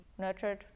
nurtured